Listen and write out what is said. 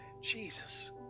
Jesus